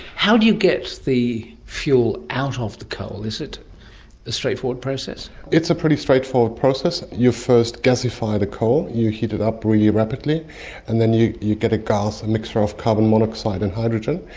how do you get the fuel out of the coal? is it a straightforward process? it's a pretty straightforward process. you first gassify the coal, you heat it up really rapidly and then you you get a gas, a mixture of carbon monoxide and hydrogen,